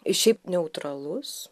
šiaip neutralus